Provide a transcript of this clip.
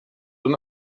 und